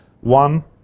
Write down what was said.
one